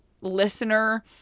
listener